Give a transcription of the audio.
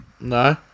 No